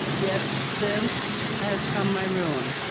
yet thence has come my ruin.